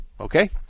Okay